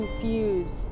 confused